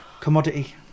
commodity